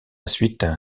suite